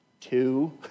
two